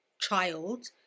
child